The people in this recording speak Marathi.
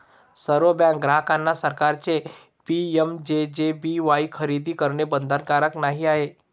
सर्व बँक ग्राहकांना सरकारचे पी.एम.जे.जे.बी.वाई खरेदी करणे बंधनकारक नाही आहे